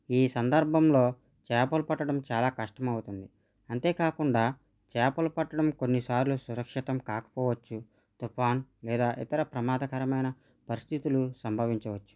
ఈ సందర్భంలో చేపలు పట్టడం చాలా కష్టం అవుతుంది అంతేకాకుండా చేపలు పట్టడం కొన్నిసార్లు సురక్షితం కాకపోవచ్చు తుఫాన్ లేదా ఇతర ప్రమాదకరమైన పరిస్థితులు సంభవించవచ్చు